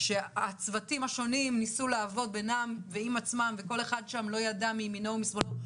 הצוותים השונים ניסו לעבוד עם עצמם וכל אחד שם לא ידע מימינו ומשמאלו,